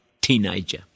teenager